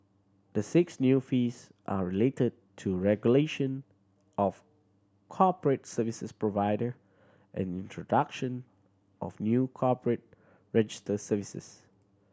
the six new fees are related to regulation of corporate services provider and introduction of new corporate register services